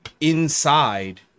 inside